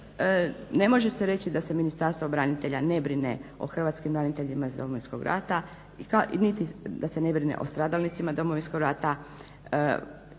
ne može se reći da se Ministarstvo branitelja ne brine o hrvatskim braniteljima iz Domovinskog rata niti da ne brine o stradalnicima Domovinskog rata,